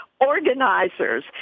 organizers